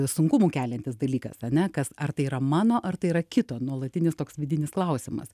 sunkumų keliantis dalykas ane kas ar tai yra mano ar tai yra kito nuolatinis toks vidinis klausimas